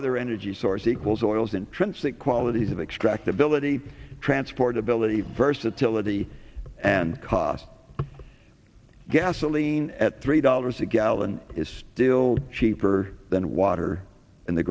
other energy source equals oil's intrinsic qualities of extract ability transportability versatility and cost gasoline at three dollars a gallon is still cheaper than water in the